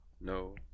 No